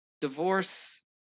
divorce